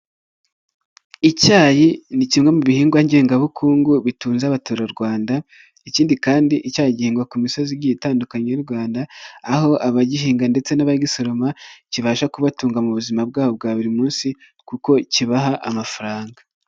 Icyayi ni kimwe mu bihingwa ngengabukungu bitunze abaturarwanda, ikindi kandi icyayi gihingwa ku misozi igiye itandukanye y'u Rwanda, aho abagihinga ndetse n'abagisoroma kibasha kubatunga mu buzima bwabo bwa buri munsi kuko kibaha amafaranga.